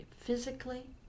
physically